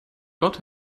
got